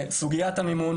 לגבי סוגיית המימון,